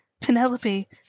Penelope